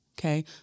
okay